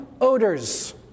odors